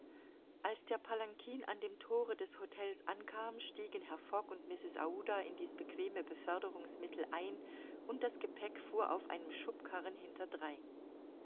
als der palankin an dem thore des htels ankam stiegen herr fogg und mrs aouda in dies bequeme beförderungsmittel ein und das gepäck fuhr auf einem schubkarren hinterdrein